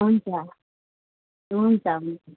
हुन्छ हुन्छ हुन्छ